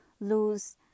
lose